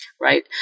right